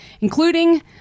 including